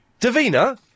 Davina